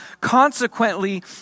consequently